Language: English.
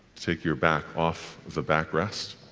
take your back off the backrest.